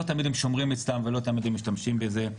לא תמיד הם שומרים את זה אצלם ולא תמיד הם משתמשים בזה.